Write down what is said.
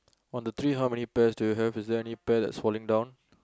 on the tree how many pears do you have is there any pear that's falling down